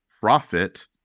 profit